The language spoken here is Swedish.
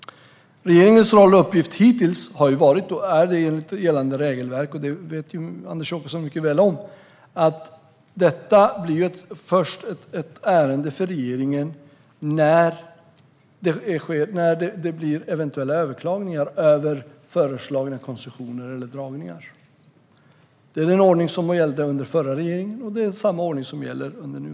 Enligt gällande regelverk får regeringen en roll och en uppgift i ett ärende först när eventuella överklagningar av föreslagna koncessioner eller dragningar kommer in. Detta känner Anders Åkesson mycket väl till. Denna ordning gällde under förra regeringen och samma ordning gäller nu.